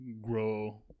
grow